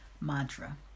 mantra